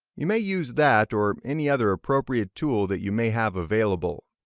you may use that or any other appropriate tool that you may have available.